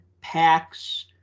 packs